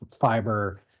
fiber